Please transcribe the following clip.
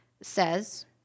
says